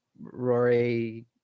Rory